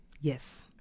Yes